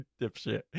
Dipshit